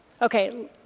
Okay